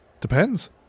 Depends